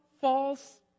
false